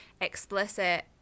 explicit